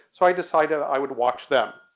so i decided i would watch them.